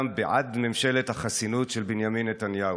בעד ממשלת החסינות של בנימין נתניהו: